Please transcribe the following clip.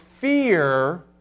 fear